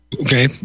Okay